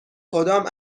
کدام